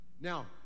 Now